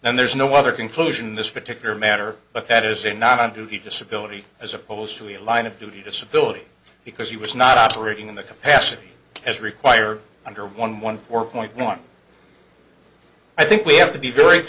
then there's no other conclusion in this particular matter but that is a not on duty disability as opposed to a line of duty disability because he was not operating in the capacity as required under one one four point one i think we have to be very